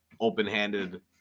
open-handed